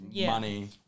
money